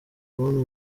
kubona